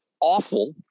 awful